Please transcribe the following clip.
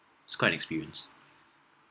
it's quite an experience